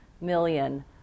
million